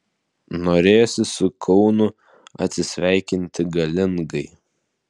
norėjosi su kaunu atsisveikinti galingai